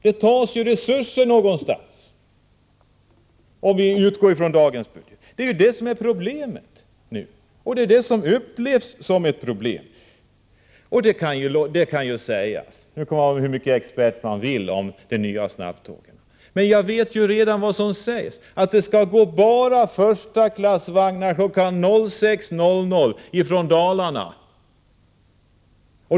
Det tas resurser någonstans, om vi utgår från dagens budget. Det är det som är problemet och som upplevs som ett problem. Man får vara hur mycket expert man vill beträffande de nya snabbtågen, men jag vet ju att det har sagts att det skall gå bara förstaklassvagnar kl. 06.00 från Dalarna.